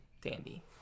dandy